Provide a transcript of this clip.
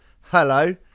Hello